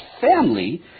family